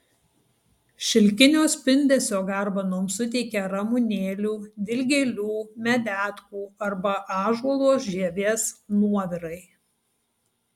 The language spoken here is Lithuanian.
šilkinio spindesio garbanoms suteikia ramunėlių dilgėlių medetkų arba ąžuolo žievės nuovirai